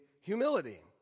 humility